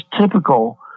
typical